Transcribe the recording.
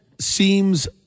seems